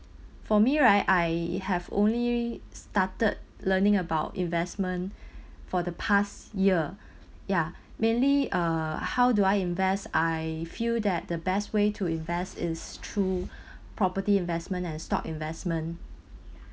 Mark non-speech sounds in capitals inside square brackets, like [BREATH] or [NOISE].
for me right I have only started learning about investment [BREATH] for the past year [BREATH] ya mainly uh how do I invest I feel that the best way to invest is through [BREATH] property investment and stock investment